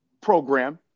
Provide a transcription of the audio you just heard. program